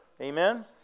Amen